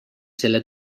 selle